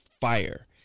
fire